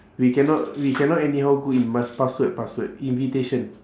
we cannot we cannot anyhow go in must password password invitation